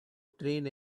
train